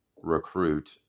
recruit